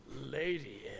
Lady